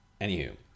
anywho